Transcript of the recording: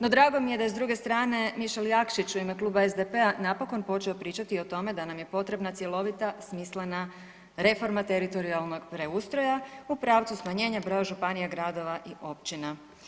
No drago mi je da je s druge strane Mišel Jakšić u ime Kluba SDP-a napokon počeo pričati o tome da nam je potrebna cjelovita, smislena reforma teritorijalnog preustroja u pravcu smanjenja broja županija, gradova i općina.